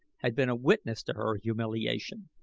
had been a witness to her humiliation.